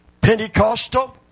Pentecostal